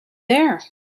there